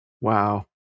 Wow